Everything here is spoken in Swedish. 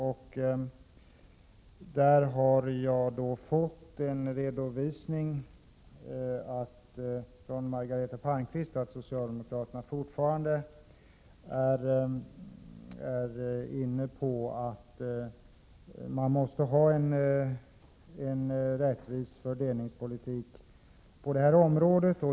Jag har då fått en redovisning av Margareta Palmqvist att socialdemokraterna fortfarande är inne på att man måste ha en rättvis fördelningspolitik på detta område.